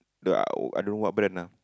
the uh I don't know what brand ah